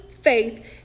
faith